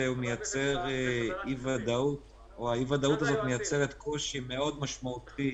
אי הוודאות הזאת מייצרת קושי מאוד משמעותי